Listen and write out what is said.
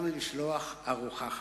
גם לשלוח ארוחה חמה.